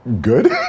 good